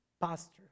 pastor